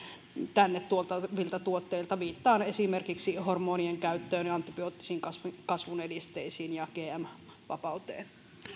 tänne tuotavilta tuotteilta viittaan esimerkiksi hormonien käyttöön ja antibioottisiin kasvun kasvun edisteisiin ja gm vapauteen